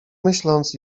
myśląc